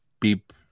beep